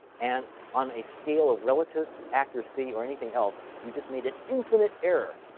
and on a scale of relative accuracy or anything else, you just made an infinite error.